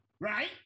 Right